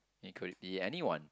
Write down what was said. it could it be anyone